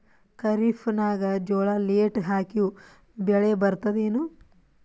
ಖರೀಫ್ ನಾಗ ಜೋಳ ಲೇಟ್ ಹಾಕಿವ ಬೆಳೆ ಬರತದ ಏನು?